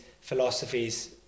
philosophies